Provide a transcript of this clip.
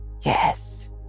Yes